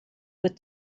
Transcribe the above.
with